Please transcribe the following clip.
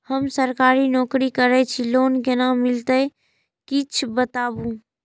हम सरकारी नौकरी करै छी लोन केना मिलते कीछ बताबु?